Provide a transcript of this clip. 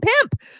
pimp